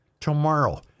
Tomorrow